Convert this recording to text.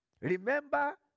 remember